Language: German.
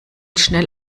schnell